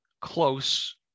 close